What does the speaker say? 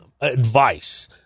advice